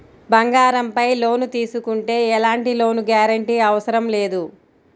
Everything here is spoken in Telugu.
బంగారంపై లోను తీసుకుంటే ఎలాంటి లోను గ్యారంటీ అవసరం లేదు